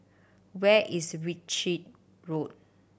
where is Ritchie Road